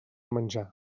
menjar